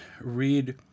read